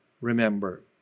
remember